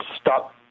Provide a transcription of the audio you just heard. stop